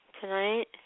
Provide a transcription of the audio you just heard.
tonight